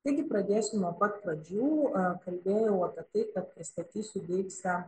taigi pradėsiu nuo pat pradžių kalbėjau apie tai kad pristatysiu deiksę